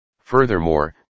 furthermore